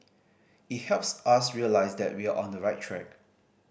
it helps us realise that we're on the right track